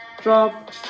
Drop